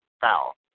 foul